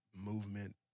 movement